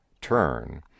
turn